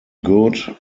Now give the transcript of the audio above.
good